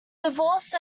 divorced